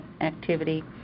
activity